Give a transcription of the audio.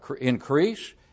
increase